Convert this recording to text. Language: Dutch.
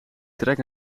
trek